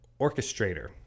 orchestrator